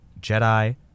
Jedi